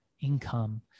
income